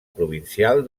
provincial